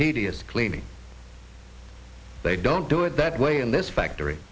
tedious cleaning they don't do it that way in this factory